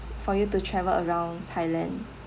for you to travel around thailand